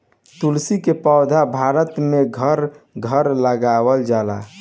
तुलसी के पौधा भारत में घर घर लगावल जाला